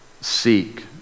seek